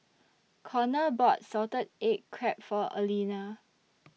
Konner bought Salted Egg Crab For Alina